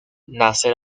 nace